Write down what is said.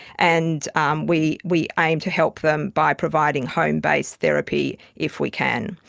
and um we we aim to help them by providing home-based therapy if we can.